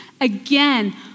again